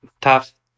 tough